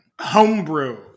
Homebrew